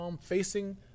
facing